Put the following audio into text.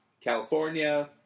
California